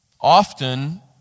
Often